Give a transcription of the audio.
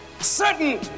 certain